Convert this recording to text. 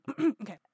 Okay